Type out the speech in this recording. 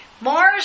Mars